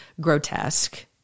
grotesque